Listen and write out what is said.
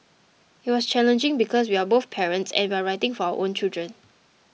it was challenging because we are both parents and we're writing for our own children